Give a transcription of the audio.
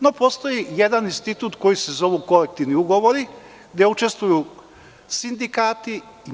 No, postoji jedan institut koji se zovu kolektivni ugovori, gde učestvuju sindikati.